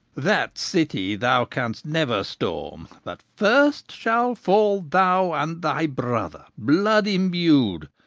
that city thou canst never storm, but first shall fall, thou and thy brother, blood-imbrued.